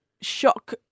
Shock